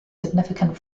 significant